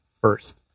first